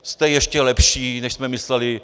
Jste ještě lepší, než jsme mysleli!